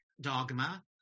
dogma